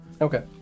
Okay